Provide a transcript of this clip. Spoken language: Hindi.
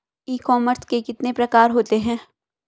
ई कॉमर्स के कितने प्रकार होते हैं?